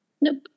Nope